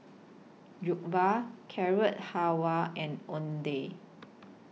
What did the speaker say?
Jokbal Carrot Halwa and Oden